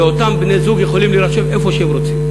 ואותם בני-זוג יכולים להירשם איפה שהם רוצים.